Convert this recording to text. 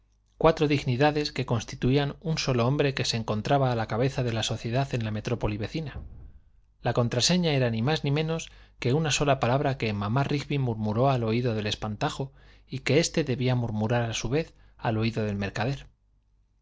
cuatro dignidades que constituían un solo hombre que se encontraba a la cabeza de la sociedad en la metrópoli vecina la contraseña era ni más ni menos que una sola palabra que mamá rigby murmuró al oído del espantajo y que éste debía murmurar a su vez al oído de mercader